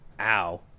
Ow